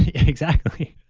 yeah exactly